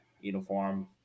uniform